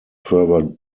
further